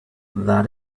that